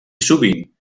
sovint